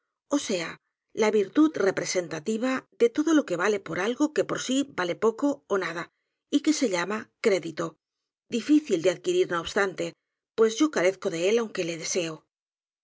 ó sea la virtud representativa de todo lo que vale por algo que por sí vale poco ó nada y que se llama crédito di fícil de adquirir no obstante pues yo carezco de él aunque le deseo